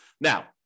Now